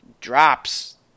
drops